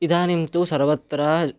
इदानीं तु सर्वत्र